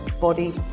body